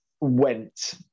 went